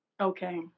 Okay